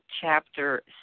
chapter